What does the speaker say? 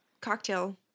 cocktail